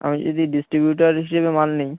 আমি যদি ডিস্টিবিউটার হিসেবে মাল নিই